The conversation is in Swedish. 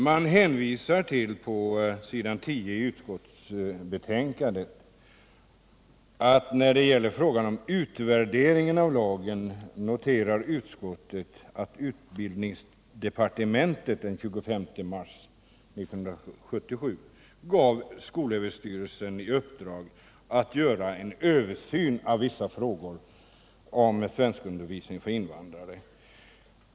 På s. 10 i utskottsbetänkandet noterar utskottet när det gäller frågan om utvärdering av lagen att utbildningsdepartmentet den 25 mars 1977 gav skolöverstyrelsen i uppdrag att göra en översyn av vissa frågor om svenskundervisningen för invandrare.